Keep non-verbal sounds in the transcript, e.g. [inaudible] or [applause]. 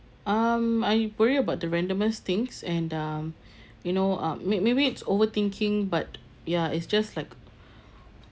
um I worry about the randomest things and um [breath] you know uh may~ maybe it's overthinking but ya it's just like